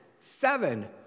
seven